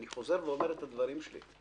אני חוזר ואומר את הדברים שלי: